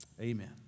Amen